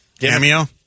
Cameo